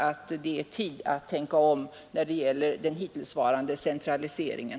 Det är dags att tänka om när det gäller den hittillsvarande centraliseringen.